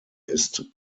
ist